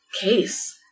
case